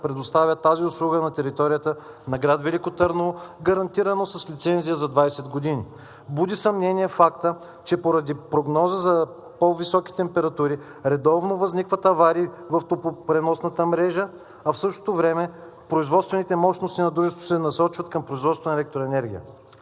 предоставя тази услуга на територията на град Велико Търново, гарантирано с лицензия за 20 години. Буди съмнение фактът, че поради прогноза за по-високи температури редовно възникват аварии в топлопреносната мрежа, а в същото време производствените мощности на дружеството се насочват към производството на електроенергия.